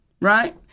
Right